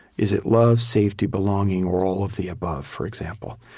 is it love, safety, belonging, or all of the above? for example